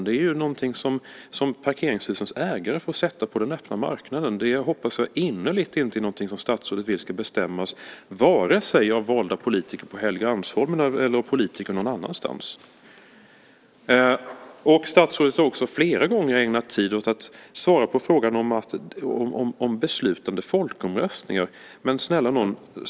Det är något som parkeringshusens ägare får sätta på den öppna marknaden. Jag hoppas innerligt att det inte är något som statsrådet vill ska bestämmas vare sig av valda politiker på Helgeandsholmen eller av politiker någon annanstans. Statsrådet har flera gånger ägnat tid åt att svara på frågan om beslutande folkomröstningar. Men, snälla nån!